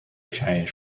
changed